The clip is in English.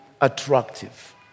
attractive